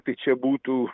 tai čia būtų